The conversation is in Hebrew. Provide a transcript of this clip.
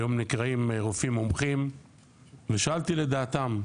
היום נקראים רופאים מומחים ושאלתי לדעתם.